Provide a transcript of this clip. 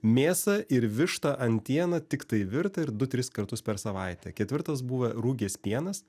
mėsą ir vištą antieną tiktai virtą ir du tris kartus per savaitę ketvirtas buvo rūgęs pienas